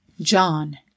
John